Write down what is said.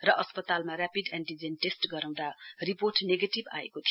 र अस्पतालमा rapid antigen test गराउँदा रिपोर्ट नेगेटिभ आएको थियो